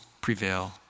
prevail